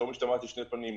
שלא משתמעת לשני פנים: